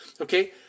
okay